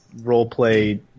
roleplay